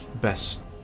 best